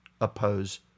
oppose